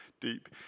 deep